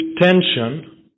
tension